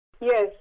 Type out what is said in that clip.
Yes